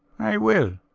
i will.